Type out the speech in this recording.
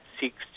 seeks